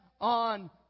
on